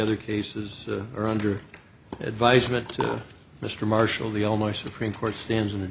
other cases are under advisement mr marshall the almost supreme court stands in the